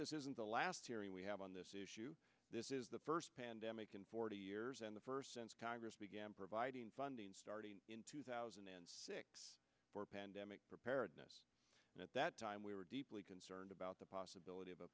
this isn't the last hearing we have on this issue this is the first pandemic in forty years and the first since congress began providing funding in two thousand and six for pandemic preparedness and at that time we were deeply concerned about the possibility of a